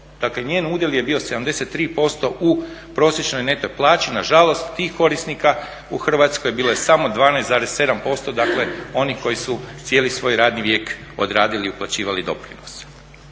njen udjel je bio 73% u prosječnoj neto plaći. Na žalost tih korisnika u Hrvatskoj bilo je samo 12,7%. Dakle, oni koji su cijeli svoj radni vijek odradili i uplaćivali doprinose.